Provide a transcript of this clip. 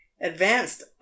advanced